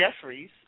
Jeffries